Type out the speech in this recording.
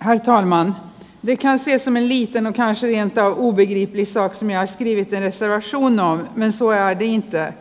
rannan mikä asiassa mihin tämä taas ei antaudu vihityssä easti liittyneessä asunnon isoäidin työ